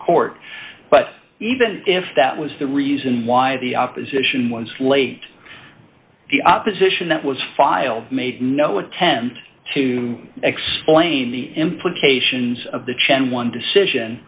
court but even if that was the reason why the opposition was late the opposition that was filed made no attempt to explain the implications of the chen one decision